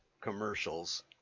commercials